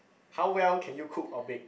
how well can you cook or bake